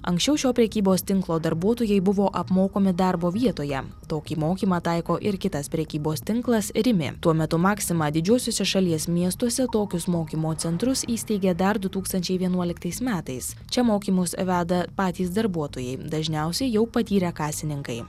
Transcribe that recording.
anksčiau šio prekybos tinklo darbuotojai buvo apmokomi darbo vietoje tokį mokymą taiko ir kitas prekybos tinklas rimi tuo metu maxima didžiuosiuose šalies miestuose tokius mokymo centrus įsteigė dar du tūkstančiai vienuoliktais metais čia mokymus veda patys darbuotojai dažniausiai jau patyrę kasininkai